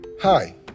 Hi